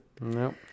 No